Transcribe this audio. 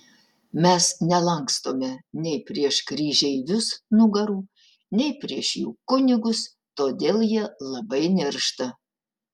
mes nelankstome nei prieš kryžeivius nugarų nei prieš jų kunigus todėl jie labai niršta